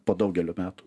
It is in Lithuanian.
po daugelio metų